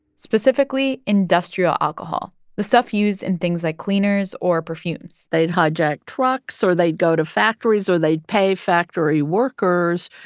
specifically industrial alcohol the stuff used in things like cleaners or perfumes they'd hijack trucks, or they'd go to factories, or they'd pay factory workers,